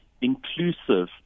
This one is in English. inclusive